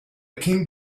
king